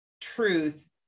truth